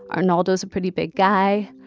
arnaldo's a pretty big guy.